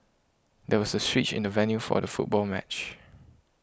there was a switch in the venue for the football match